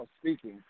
speaking